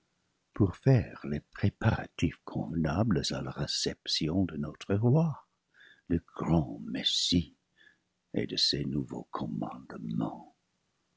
pour faire les prépa ratifs convenables à la réception de notre roi le grand messie et de ses nouveaux commandements